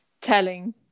telling